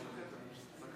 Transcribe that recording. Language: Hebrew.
חבר הכנסת מאיר